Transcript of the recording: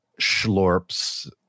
schlorps